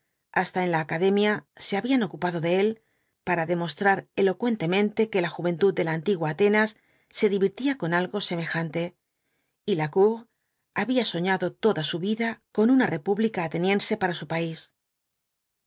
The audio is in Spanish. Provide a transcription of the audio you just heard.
hasta en la academia se habían ocupado de él para demostrar elocuentemente que la juventud de la antigua atenas se divertía con algo semejante y lacour había soñado toda su vida con una república ateniense para su país